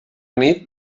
nit